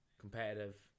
competitive